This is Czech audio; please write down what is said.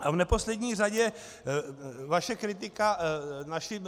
A v neposlední řadě vaše kritika našim...